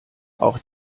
auch